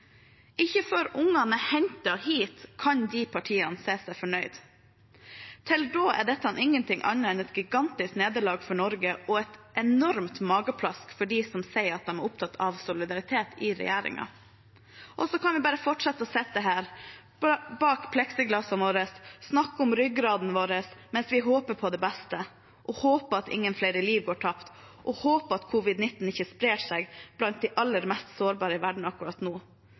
Ikke før ungene er hentet hit, kan de partiene si seg fornøyd. Til da er dette ingenting annet enn et gigantisk nederlag for Norge og et enormt mageplask for dem i regjeringa som sier at de er opptatt av solidaritet. Så kan vi bare fortsette å sitte her bak pleksiglassene våre og snakke om ryggraden vår mens vi håper på det beste, håper at ingen flere liv går tapt, og at covid-19 ikke sprer seg blant de aller mest sårbare i verden akkurat nå.